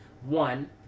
one